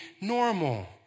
normal